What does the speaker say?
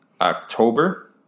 October